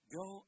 go